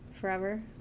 forever